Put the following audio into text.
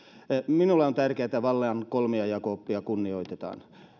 minulle on tärkeää että vallan kolmijako oppia kunnioitetaan